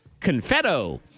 confetto